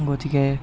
গতিকে